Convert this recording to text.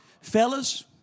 Fellas